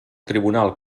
tribunal